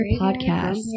Podcast